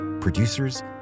producers